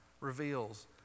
reveals